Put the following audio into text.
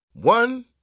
One